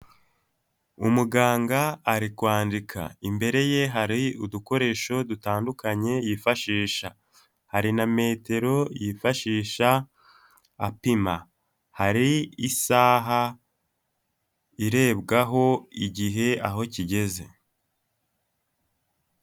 Umuganga ari kwandika, imbere ye hari udukoresho dutandukanye yifashisha, hari na metero yifashisha apima, hari isaha irebwaho igihe aho kigeze.